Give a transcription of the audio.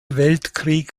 weltkrieg